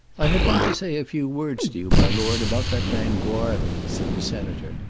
i had meant to say a few words to you, my lord, about that man goarly, said the senator,